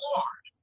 Lord